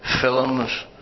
films